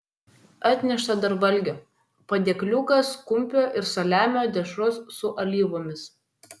atnešta dar valgio padėkliukas kumpio ir saliamio dešros su alyvomis